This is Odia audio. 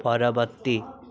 ପରବର୍ତ୍ତୀ